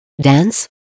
Dance